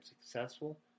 successful